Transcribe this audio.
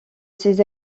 ses